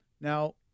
Now